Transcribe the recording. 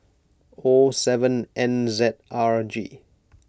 O seven N Z R G